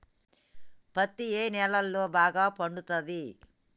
పత్తి ఏ నేలల్లో బాగా పండుతది?